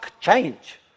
change